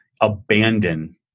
abandon